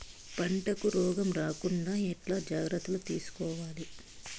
పంటకు రోగం రాకుండా ఎట్లా జాగ్రత్తలు తీసుకోవాలి?